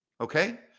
Okay